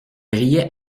riait